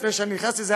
לפני שאני נכנס לזה,